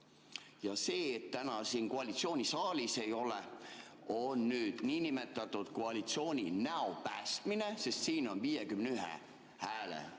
See, et täna koalitsiooni siin saalis ei ole, on niinimetatud koalitsiooni näo päästmine, sest siin on 51 hääle